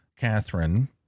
Catherine